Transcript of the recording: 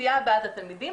האוכלוסיה הבאה זה התלמידים,